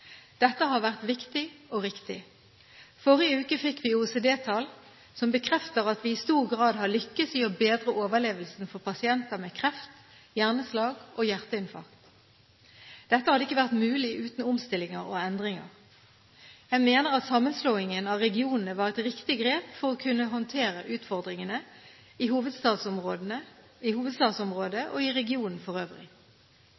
Dette har vært viktig og riktig. Forrige uke fikk vi OECD-tall som bekrefter at vi i stor grad har lyktes i å bedre overlevelsen for pasienter med kreft, hjerneslag og hjerteinfarkt. Dette hadde ikke vært mulig uten omstillinger og endringer. Jeg mener at sammenslåingen av regionene var et riktig grep for å kunne håndtere utfordringene, i hovedstadsområdet og i